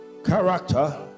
Character